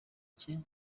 cye